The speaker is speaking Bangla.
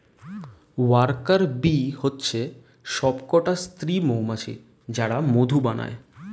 ওয়ার্কার বী হচ্ছে সবকটা স্ত্রী মৌমাছি যারা মধু বানায়